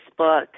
Facebook